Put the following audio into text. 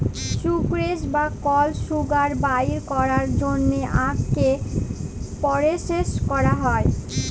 sucrose বা কল sugar বাইর ক্যরার জ্যনহে আখকে পরসেস ক্যরা হ্যয়